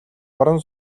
орон